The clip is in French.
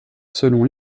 selon